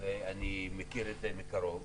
ואני מכיר את זה מקרוב.